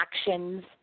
actions